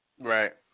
Right